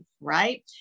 Right